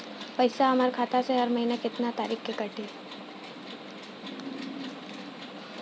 पैसा हमरा खाता से हर महीना केतना तारीक के कटी?